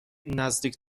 نزدیک